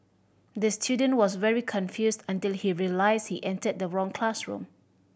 the student was very confused until he realised he entered the wrong classroom